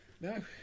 No